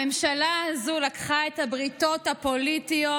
הממשלה הזו לקחה את הבריתות הפוליטיות